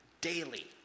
daily